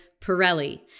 Pirelli